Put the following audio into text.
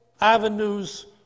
avenues